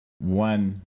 one